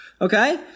Okay